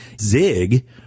zig